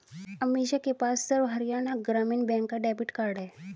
अमीषा के पास सर्व हरियाणा ग्रामीण बैंक का डेबिट कार्ड है